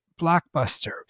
blockbuster